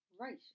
Right